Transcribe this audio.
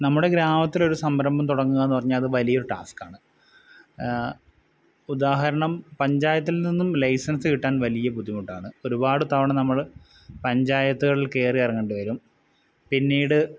നമ്മുടെ ഗ്രാമത്തിലൊരു സംരംഭം തുടങ്ങുക എന്ന് പറഞ്ഞാൽ അത് വലിയൊരു ടാസ്കാണ് ഉദാഹരണം പഞ്ചായത്തിൽ നിന്നും ലൈസൻസ് കിട്ടാൻ വലിയ ബുദ്ധിമുട്ടാണ് ഒരുപാട് തവണ നമ്മള് പഞ്ചായത്തുകൾ കയറിയിറങ്ങണ്ടി വരും പിന്നീട്